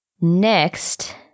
Next